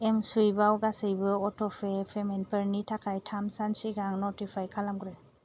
एमस्वुइफआव गासैबो अट'पे पेमेन्टफोरनि थाखाय थाम सान सिगां नटिफाइ खालामग्रो